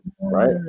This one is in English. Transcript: Right